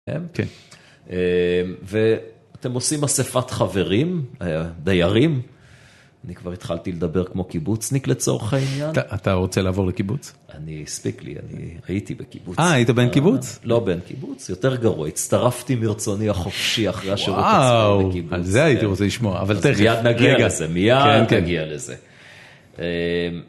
ואתם עושים אספת חברים, דיירים. אני כבר התחלתי לדבר כמו קיבוצניק לצורך העניין. אתה רוצה לעבור לקיבוץ? אני, הספיק לי, אני, הייתי בקיבוץ. אה, היית בן קיבוץ? לא בן קיבוץ, יותר גרוע. הצטרפתי מרצוני החופשי אחרי השירות הצבאי לקיבוץ. ואוו, על זה הייתי רוצה לשמוע, אבל תכף... אז מיד נגיע לזה, מיד נגיע לזה.